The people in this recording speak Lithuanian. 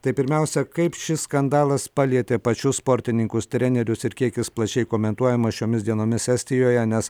tai pirmiausia kaip šis skandalas palietė pačius sportininkus trenerius ir kiekius plačiai komentuojama šiomis dienomis estijoje nes